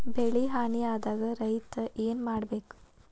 ಬೆಳಿ ಹಾನಿ ಆದಾಗ ರೈತ್ರ ಏನ್ ಮಾಡ್ಬೇಕ್?